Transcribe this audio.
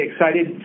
excited